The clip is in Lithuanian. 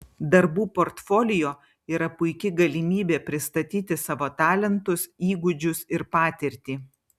darbų portfolio yra puiki galimybė pristatyti savo talentus įgūdžius ir patirtį